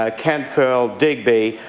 ah kentville, digby